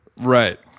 Right